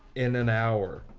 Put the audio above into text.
in an hour.